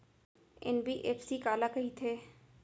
NBFC काला कहिथे?